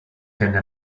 tenne